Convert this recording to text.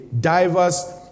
diverse